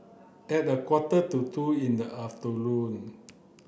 at a quarter to two in the afternoon